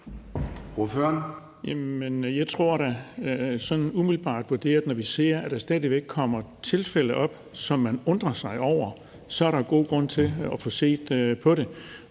jeg da, når nu vi ser, at der stadig væk dukker tilfælde op, som man undrer sig over, at der er god grund til at få set på det.